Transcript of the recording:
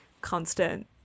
constant